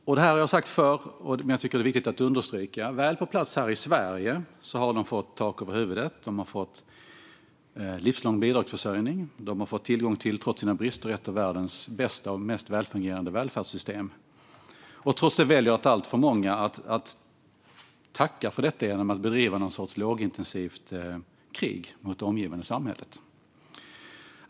Jag har sagt det förr, men jag tycker att det är viktigt att understryka att de väl på plats här i Sverige har fått tak över huvudet, livslång bidragsförsörjning och tillgång till ett välfärdssystem som trots sina brister är ett av världens bästa och mest välfungerande. Trots det väljer alltför många att tacka för det genom att bedriva något slags lågintensivt krig mot det omgivande samhället.